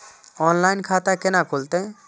Online खाता केना खुलते?